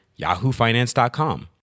yahoofinance.com